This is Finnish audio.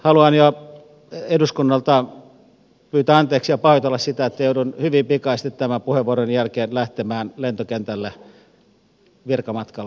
haluan jo eduskunnalta pyytää anteeksi ja pahoitella sitä että joudun hyvin pikaisesti tämän puheenvuoroni jälkeen lähtemään lentokentälle virkamatkalle aasiaan